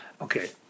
Okay